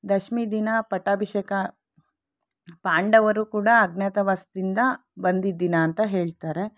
ದಶಮಿ ದಿನ ಪಟ್ಟಾಭಿಷೇಕ ಪಾಂಡವರು ಕೂಡ ಅಜ್ಞಾತವಾಸದಿಂದ ಬಂದಿದ್ದ ದಿನ ಅಂತ ಹೇಳ್ತಾರೆ